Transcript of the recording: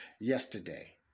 yesterday